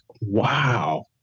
wow